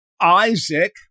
Isaac